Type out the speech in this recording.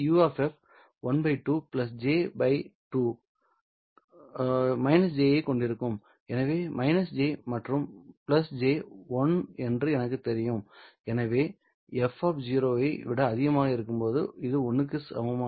j ஐக் கொண்டிருக்கும் ஆனால் j மற்றும் j 1 என்று எனக்குத் தெரியும் எனவே f 0 ஐ விட அதிகமாக இருக்கும்போது இது 1 க்கு சமம்